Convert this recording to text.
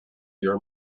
your